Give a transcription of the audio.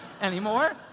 anymore